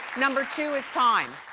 number two is time,